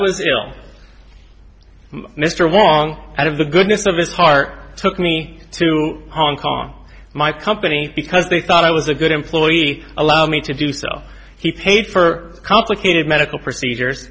was ill mr wong out of the goodness of his heart took me to hong kong my company because they thought i was a good employee allow me to do so he paid for complicated medical procedures